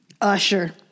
Usher